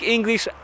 English